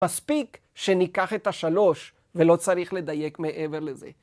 מספיק שניקח את השלוש ולא צריך לדייק מעבר לזה.